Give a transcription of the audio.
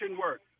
work